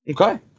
Okay